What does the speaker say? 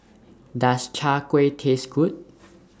Does Chai Kueh Taste Good